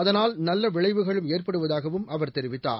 அதனால் நல்ல விளைவுகளும் ஏற்படுவதாகவும் அவர் தெரிவித்தார்